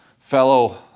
fellow